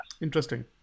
interesting